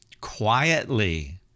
quietly